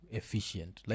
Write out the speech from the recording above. efficient